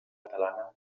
catalana